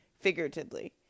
figuratively